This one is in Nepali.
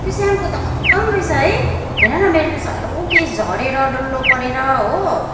त्यो स्याम्पू त खतम रहेछ है हेरन मेरो त साह्रो केश झरेर डल्लो परेर हो